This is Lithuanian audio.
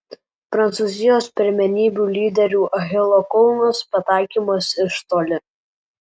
prancūzijos pirmenybių lyderių achilo kulnas pataikymas iš toli